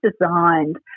designed